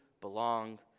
belong